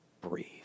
breathe